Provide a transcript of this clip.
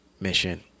mission